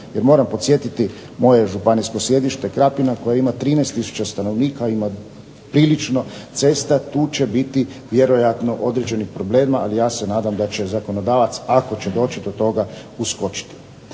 moram podsjetiti, moje županijske sjedište Krapina koje ima 13000 stanovnika, ima prilično cesta, tu će biti vjerojatno određenih problema, ali ja se nadam da će zakonodavac ako će doći do toga uskočiti.